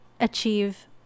achieve